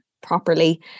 properly